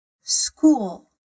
school